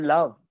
Love